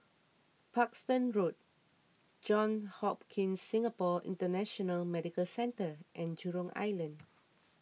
Parkstone Road Johns Hopkins Singapore International Medical Centre and Jurong Island